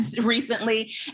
recently